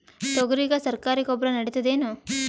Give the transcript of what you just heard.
ತೊಗರಿಗ ಸರಕಾರಿ ಗೊಬ್ಬರ ನಡಿತೈದೇನು?